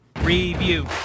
review